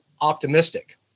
optimistic